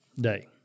day